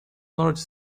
largest